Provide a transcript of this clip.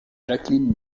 jacqueline